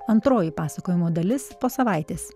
antroji pasakojimo dalis po savaitės